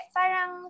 parang